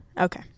Okay